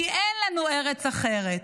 כי אין לנו ארץ אחרת.